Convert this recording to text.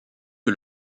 que